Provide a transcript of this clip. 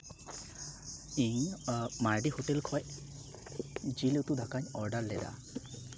ᱤᱧ ᱢᱟᱨᱰᱤ ᱦᱳᱴᱮᱞ ᱠᱷᱚᱡ ᱡᱤᱞ ᱩᱛᱩ ᱫᱟᱠᱟᱧ ᱚᱰᱟᱨ ᱞᱮᱫᱟ